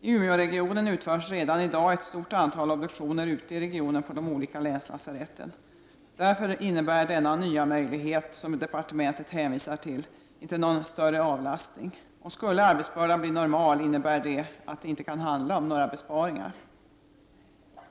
I Umeåregionen utförs redan i dag ett stort antal obduktioner ute i regionen på de olika länslasaretten. Därför innebär denna nya möjlighet, som departementet hänvisar till, inte någon större avlastning. Skulle arbetsbördan bli normal innebär det att det inte kan handla om några besparingar.